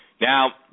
Now